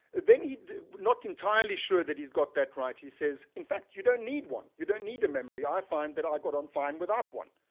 then he not entirely sure that he's got that right, he says, in fact you don't need one. you don't need a memory. i find that i got on fine without one.